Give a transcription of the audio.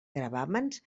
gravàmens